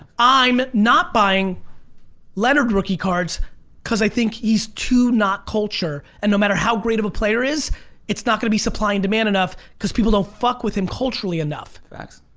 i'm not buying leonard rookie cards cause i think he's too not culture and no matter how great of a player he is it's not gonna be supply and demand enough because people don't fuck with him culturally enough. facts.